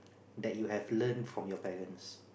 that you have learnt from your parents